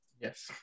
Yes